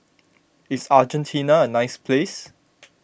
is Argentina a nice place